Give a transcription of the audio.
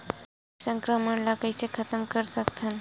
कीट संक्रमण ला कइसे खतम कर सकथन?